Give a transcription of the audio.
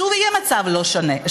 שוב יהיה מצב לא שווה.